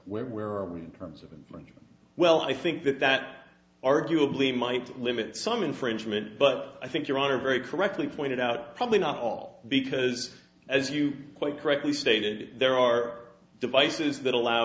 where where are we in terms of money well i think that that arguably might limit some infringement but i think there are very correctly pointed out probably not all because as you quite correctly stated there are devices that allow